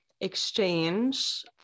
exchange